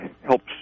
helps